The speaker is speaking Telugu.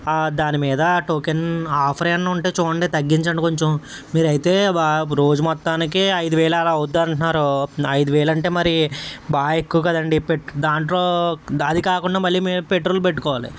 దాని మీద టోకెన్ ఆఫర్ ఏమన్నా ఉంటే చూడండి తగ్గించండి కొంచెం మీరైతే బాగా రోజు మొత్తానికి ఐదువేలు అలా అవుద్ది అంటున్నారు ఐదువేలంటే మరీ బాగా ఎక్కువ కదండీ దాంట్లో అది కాకుండా మేము పెట్రోల్ పెట్టుకోవాలి